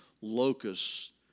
locusts